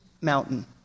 mountain